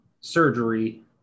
surgery